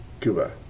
Cuba